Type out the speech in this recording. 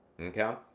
Okay